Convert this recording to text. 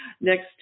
Next